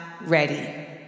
ready